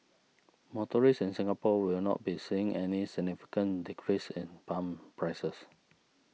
motorists in Singapore will not be seeing any significant decrease in pump prices